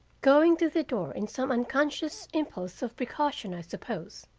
going to the door in some unconscious impulse of precaution i suppose,